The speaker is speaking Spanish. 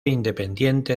independiente